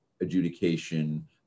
adjudication